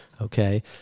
Okay